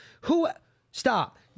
Who—stop